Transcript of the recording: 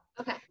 Okay